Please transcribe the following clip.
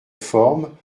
forme